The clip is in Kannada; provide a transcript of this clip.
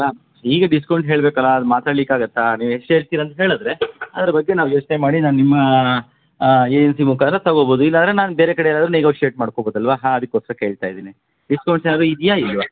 ಹಾಂ ಈಗ ಡಿಸ್ಕೌಂಟ್ ಹೇಳ್ಬೇಕಲ್ಲ ಅದು ಮಾತಾಡಲಿಕ್ಕಾಗತ್ತಾ ನೀವು ಎಷ್ಟು ಹೇಳ್ತೀರಾ ಅಂತ ಹೇಳಿದ್ರೆ ಅದ್ರ ಬಗ್ಗೆ ನಾವು ಯೋಚನೆ ಮಾಡಿ ನಾ ನಿಮ್ಮ ಏಜನ್ಸಿ ಮುಖಾಂತರ ತಗೊಬೋದು ಇಲ್ಲ ಅಂದರೆ ನಾನು ಬೇರೆ ಕಡೆ ಎಲ್ಲಾದ್ರೂ ನೆಗೋಷಿಯೇಟ್ ಮಾಡ್ಕೊಬೋದಲ್ಲವಾ ಹಾಂ ಅದಕ್ಕೋಸ್ಕರ ಕೇಳ್ತಾ ಇದ್ದೀನಿ ಡಿಸ್ಕೌಂಟ್ಸ್ ಏನಾದರೂ ಇದೆಯಾ ಇಲ್ಲವಾ